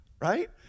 Right